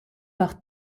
par